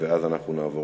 ואז אנחנו נעבור